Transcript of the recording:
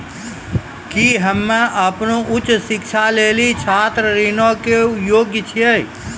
कि हम्मे अपनो उच्च शिक्षा लेली छात्र ऋणो के योग्य छियै?